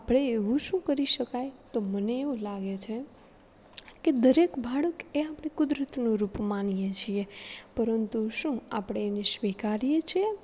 આપણે એવું શું કરી શકાય તો મને એવું લાગે છે કે દરેક બાળક એ આપણી કુદરતનો રૂપ માનીએ છીએ પરંતુ શું આપણે એને સ્વીકારીએ છીએ